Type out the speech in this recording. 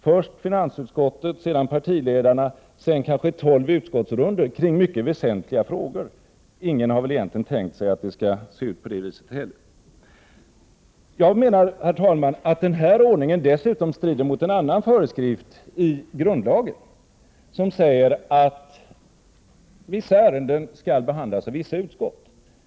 Först har vi finansutskottet, sedan partiledarna och sedan kanske tolv utskottsrundor kring mycket väsentliga frågor. Ingen har väl egentligen tänkt sig att det skall se ut på det viset. Herr talman! Jag menar att denna ordning dessutom strider mot en annan föreskrift i grundlagen, som säger att vissa ärenden skall behandlas av vissa utskott.